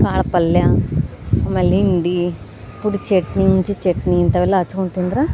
ಕಾಳು ಪಲ್ಯ ಆಮೇಲೆ ಹಿಂಡಿ ಪುಡಿ ಚಟ್ನಿ ಚಟ್ನಿ ಇಂಥವೆಲ್ಲ ಹಚ್ಕೊಂಡು ತಿಂದ್ರೆ